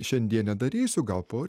šiandien nedarysiu gal por